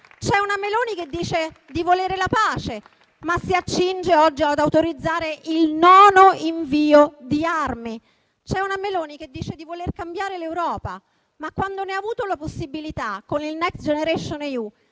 C'è una Meloni che dice di volere la pace, ma si accinge oggi ad autorizzare il nono invio di armi. C'è una Meloni che dice di voler cambiare l'Europa, ma quando ne ha avuto la possibilità con il Next generation EU